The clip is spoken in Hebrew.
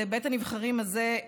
לבית הנבחרים הזה,